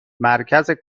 مرکز